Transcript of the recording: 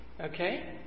Okay